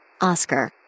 Oscar